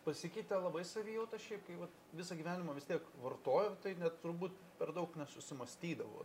pasikeitė labai savijauta šiaip kai va visą gyvenimą vis tiek vartojot tai net turbūt per daug nesusimąstydavot